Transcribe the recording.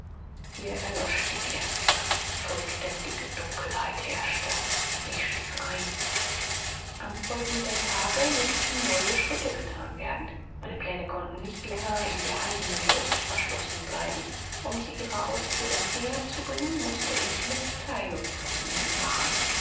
hier erlosch die kerze vollständige dunkelheit herrschte ich schlief ein am folgenden tage mußten neue schritte gethan werden meine pläne konnten nicht länger in der eigenen brust verschlossen bleiben um sie ihrer ausführung näher zu bringen mußte ich mitteilung von ihnen machen